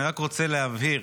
אני רק רוצה להבהיר